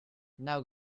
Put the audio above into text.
now